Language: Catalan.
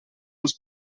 els